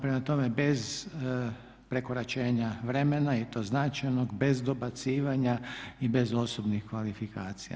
Prema tome, bez prekoračenja vremena i to značajnog, bez dobacivanja i bez osobnih kvalifikacija.